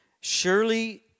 Surely